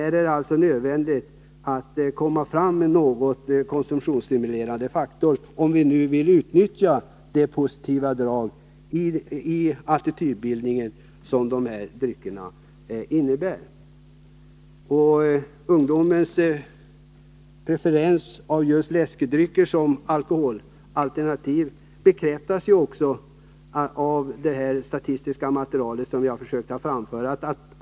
Det är alltså nödvändigt att finna någon faktor som kan stimulera konsumtionen av dessa drycker, om vi skall kunna utnyttja den positiva framtoning som de tycks ha enligt gjorda attitydundersökningar. Ungdomens preferens av just läskedrycker som alkoholalternativ bekräftas också av det statistiska material som jag tidigare hänvisat till.